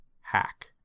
hack